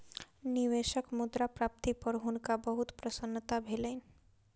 निवेशक मुद्रा प्राप्ति पर हुनका बहुत प्रसन्नता भेलैन